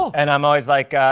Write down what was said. and i'm always like,